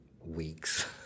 weeks